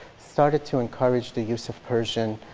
started to encourage the use of persian.